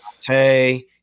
Tay